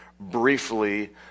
Briefly